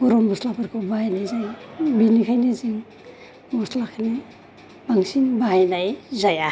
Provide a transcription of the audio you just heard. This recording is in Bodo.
गरम मस्लाफोरखौ बाहायनाय जायो बिनिखायनो जों मस्लाखोनो बांसिन बाहायनाय जाया